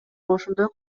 ошондой